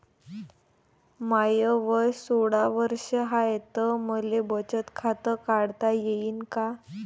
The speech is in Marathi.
माय वय सोळा वर्ष हाय त मले बचत खात काढता येईन का?